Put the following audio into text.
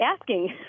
asking